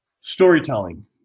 Storytelling